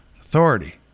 authority